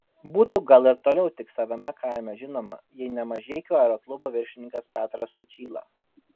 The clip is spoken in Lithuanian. būtų gal ir toliau tik savame kaime žinoma jei ne mažeikių aeroklubo viršininkas petras sučyla